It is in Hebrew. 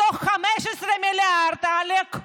מתוך ה-15 מיליארד עאלק,